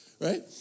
right